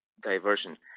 diversion